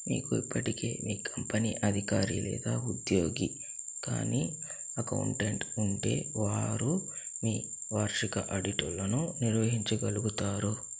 మీకు ఇప్పటికే మీ కంపెనీ అధికారి లేదా ఉద్యోగి కాని అకౌంటెంట్ ఉంటే వారు మీ వార్షిక ఆడిట్లను నిర్వహించగలుగుతారు